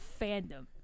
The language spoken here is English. Fandom